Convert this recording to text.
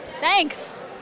Thanks